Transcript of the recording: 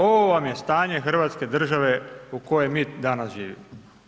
Ovo vam je stanje Hrvatske države u kojem mi danas živimo.